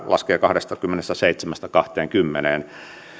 laskee kahdestakymmenestäseitsemästä kahteenkymmeneen